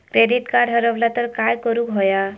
Credit card हरवला तर काय करुक होया?